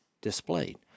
displayed